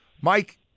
Mike